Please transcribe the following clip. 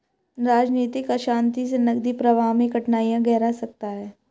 राजनीतिक अशांति से नकदी प्रवाह में कठिनाइयाँ गहरा सकता है